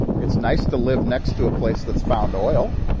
it's nice to live next to a place that's found oil.